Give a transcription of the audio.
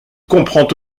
comprend